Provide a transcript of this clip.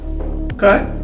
Okay